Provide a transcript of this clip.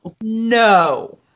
No